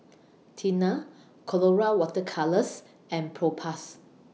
Tena Colora Water Colours and Propass